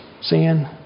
sin